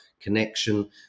connection